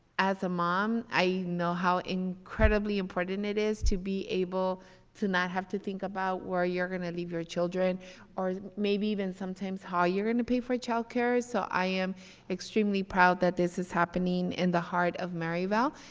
as a mom i know how incredibly important it is to be able to not have to think about where you're going to leave your children or maybe even sometimes how you're going to pay for child care, so i am extremely proud that this is happening in the heart of maryvale,